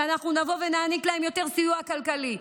כשנבוא ונעניק להם יותר סיוע כלכלי,